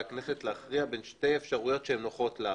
הכנסת להכריע בין שתי אפשרויות שנוחות לך.